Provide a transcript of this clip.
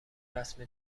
رسم